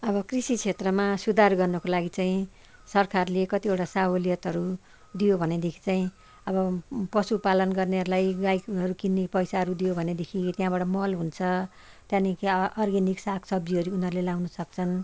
अब कृषि क्षेत्रमा सुधार गर्नको लागि चाहिँ सरकारले कतिवटा सहुलियतहरू दियो भनेदेखि चाहिँ अब पशुपालन गर्नेहरूलाई गाईहरू किन्ने पैसाहरू दियो भनेदेखि त्यहाँबाट मल हुन्छ त्यहाँदेखि अर्ग्यानिक सागसब्जीहरू उनीहरूले लगाउन सक्छन